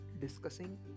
discussing